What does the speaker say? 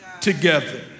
together